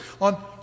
On